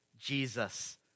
Jesus